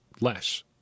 less